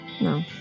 No